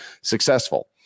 successful